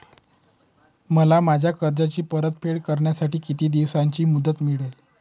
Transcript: मला माझ्या कर्जाची परतफेड करण्यासाठी किती दिवसांची मुदत मिळेल?